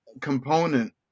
component